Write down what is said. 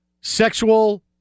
sexual